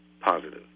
positive